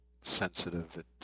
sensitive